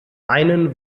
einen